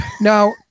Now